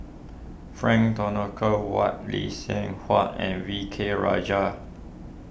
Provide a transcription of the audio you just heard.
Frank Dorrington Ward Lee Seng Huat and V K Rajah